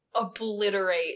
obliterate